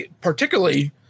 particularly